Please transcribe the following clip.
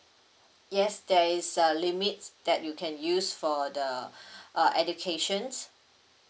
yes there is a limit that you can use for the uh educations